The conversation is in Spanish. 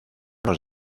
los